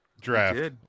draft